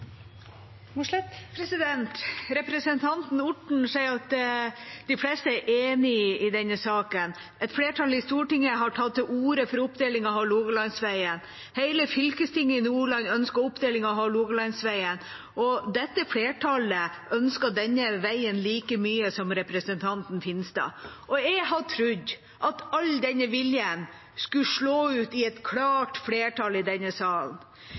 Representanten Orten sier at de fleste er enig i denne saken. Et flertall i Stortinget har tatt til orde for oppdeling av Hålogalandsvegen, hele fylkestinget i Nordland ønsker oppdeling av Hålogalandsvegen, og dette flertallet ønsker denne veien like mye som representanten Finstad. Jeg hadde trodd at all denne viljen skulle slå ut i et klart flertall i denne salen.